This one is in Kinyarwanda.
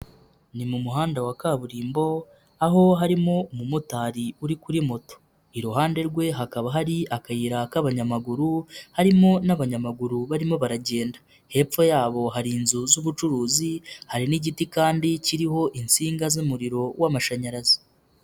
Ni mu muhanda wa kaburimbo aho harimo umumotari uri kuri moto, iruhande rwe hakaba hari akayira k'abanyamaguru harimo n'abanyamaguru barimo baragenda, hepfo yabo hari inzu z'ubucuruzi hari n'igiti kandi kiriho insinga z'umuriro w'amashanyarazi.